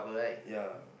yeah